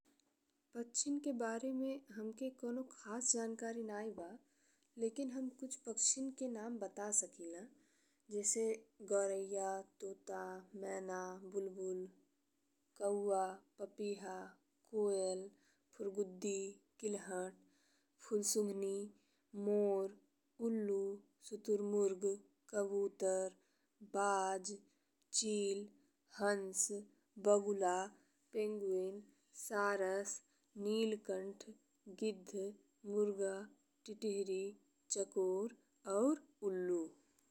पच्छिन के बारे में हमके कुछ खास जानकारी नाहीं बा लेकिन हम कुछ पच्छिन के नाम बता सकिला जैसे गौरैया, तोता, मैना, बुलबुल, कौआ, पपीहा, कोयल, फुर्गुद्दी, किलहट, फूलसुँघनी, मोर, उल्लू, शुतुरमुर्ग, कबूतर, बाज, चील, हंस, बगुला, पेंगुइन, सारस, नीलकंठ, गिद्ध, मुर्गा, तीतिहरी, चकोर और उल्लू।